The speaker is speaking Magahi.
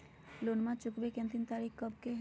लोनमा चुकबे के अंतिम तारीख कब हय?